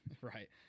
Right